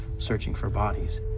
searching for bodies.